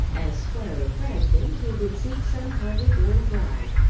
as squire of bragton he would seek some highly born bride,